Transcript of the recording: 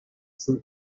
fruit